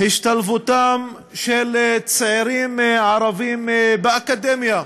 השתלבותם של צעירים ערבים באקדמיה.